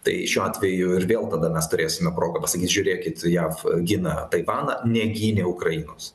tai šiuo atveju ir vėl tada mes turėsime progą pasakyt žiūrėkit jav gina taivaną negynė ukrainos